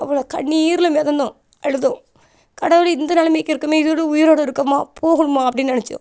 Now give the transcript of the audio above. அவ்வளோ கண்ணீரில் மிதந்தோம் அழுதோம் கடவுளே இந்த நிலமைக்கு இருக்கோம் இதோடய உயிரோடய இருக்கோம் போகணுமா அப்படின்னு நினச்சோம்